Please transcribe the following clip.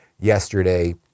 yesterday